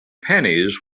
pennies